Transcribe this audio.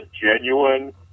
genuine